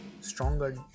stronger